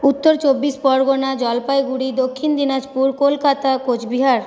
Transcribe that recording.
Uttar Chabbish Pargana Jalpaiguri Dakshin Dinajpur Kolkata Cooch Behar